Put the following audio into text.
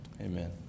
Amen